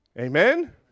Amen